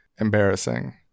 embarrassing